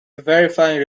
verifying